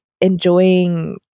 enjoying